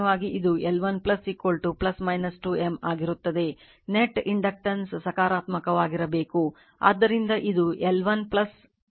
Net inductance ಸಕಾರಾತ್ಮಕವಾಗಿರಬೇಕು ಆದ್ದರಿಂದ ಇದು L1 2 M ಆಗಿರುತ್ತದೆ